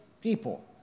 people